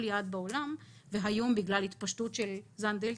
יעד בעולם והיום בגלל ההתפשטות של זן דלתא,